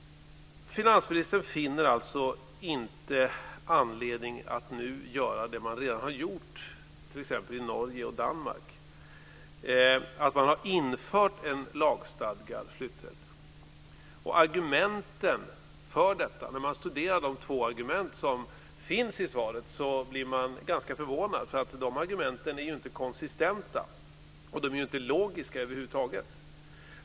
Finansministern finner alltså inte anledning att nu göra det som man redan har gjort i t.ex. Norge och Danmark. Där har man infört en lagstadgad flytträtt. När man studerar de två argument som finns i svaret blir man ganska förvånad, eftersom dessa argument inte är konsistenta och inte logiska över huvud taget.